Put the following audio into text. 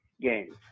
games